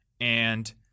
And-